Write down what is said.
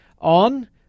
on